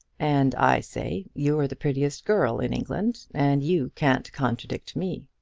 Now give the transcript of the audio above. and i say you're the prettiest girl in england, and you can't contradict me.